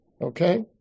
Okay